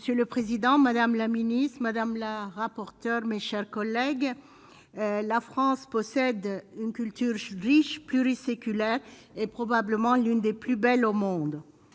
Monsieur le président, madame la ministre, madame la rapporteure, mes chers collègues, la France possède une culture Childish pluri-séculaires et probablement l'une des plus belles au monde,